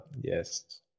Yes